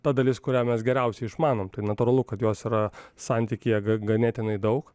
ta dalis kurią mes geriausiai išmanom tai natūralu kad jos yra santykyje ganėtinai daug